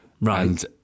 right